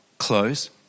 close